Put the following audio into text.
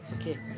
okay